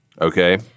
Okay